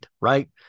right